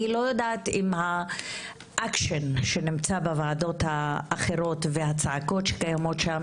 אני לא יודעת עם האקשן שנמצא בוועדות אחרות והצעקות שקיימות שם,